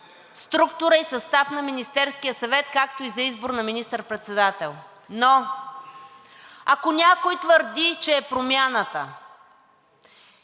структура и състав на Министерския съвет, както и за избор на министър-председател, но ако някой твърди, че е Промяната